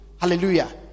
hallelujah